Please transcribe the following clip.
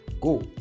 Go